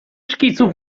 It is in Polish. szkicu